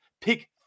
Pick